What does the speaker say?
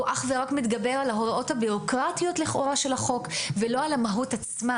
הוא אך ורק מתגבר על ההוראות הביורוקרטיות ולא על המהות עצמה.